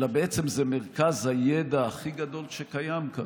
אלא בעצם זה מרכז הידע הכי גדול שקיים כאן,